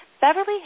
Beverly